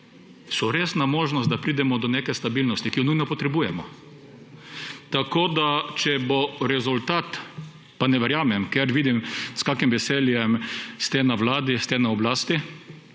so resna možnost, da pridemo do neke stabilnosti, ki jo nujno potrebujemo. Tako da če bo rezultat, pa ne verjamem, ker vidim s kakšnim veseljem ste na vladi, ste na oblasti,